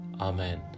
Amen